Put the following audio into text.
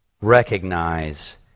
recognize